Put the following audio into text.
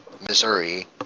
Missouri